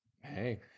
hey